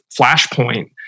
flashpoint